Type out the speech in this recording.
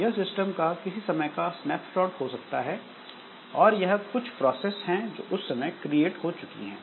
यह सिस्टम का किसी समय का स्नैपशॉट हो सकता है और यह कुछ प्रोसेस है जो उस समय क्रिएट हो चुकी है